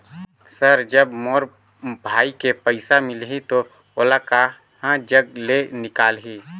Sir जब मोर भाई के पइसा मिलही तो ओला कहा जग ले निकालिही?